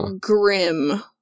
grim